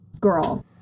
girl